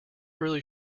really